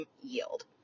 yield